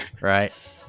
right